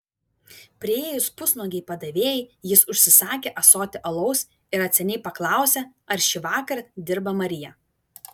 priėjus pusnuogei padavėjai jis užsisakė ąsotį alaus ir atsainiai paklausė ar šįvakar dirba marija